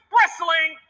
Wrestling